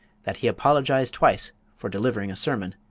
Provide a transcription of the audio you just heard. that he apologized twice for delivering a sermon.